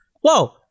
whoa